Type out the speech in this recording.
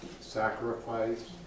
sacrifice